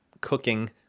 cooking